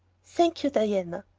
thank you, diana.